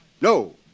No